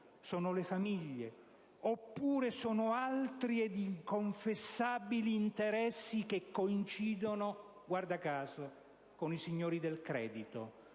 le famiglie? Oppure sono altri e inconfessabili interessi, che coincidono - guarda caso - con i signori del credito,